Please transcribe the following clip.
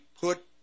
put